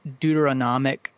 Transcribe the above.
Deuteronomic